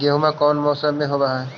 गेहूमा कौन मौसम में होब है?